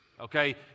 Okay